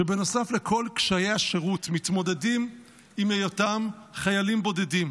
שבנוסף לכל קשיי השירות מתמודדים עם היותם חיילים בודדים.